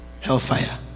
Hellfire